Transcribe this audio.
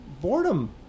boredom